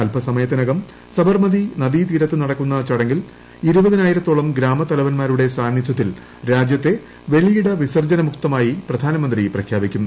അല്പസമയത്തിനകം സബർമതി നദീതീരത്ത് നടക്കുന്ന ചടങ്ങിൽ ഇരുപതിനായിരത്തോളം ഗ്രാമത്തലവൻമാരുടെ സാന്നിദ്ധ്യത്തിൽ രാജ്യത്തെ വെളിയിട വിസർജ്ജനമുക്തമായി പ്രധാനമന്ത്രി പ്രഖ്യാപിക്കും